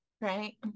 right